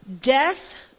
death